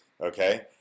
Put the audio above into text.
okay